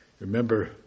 Remember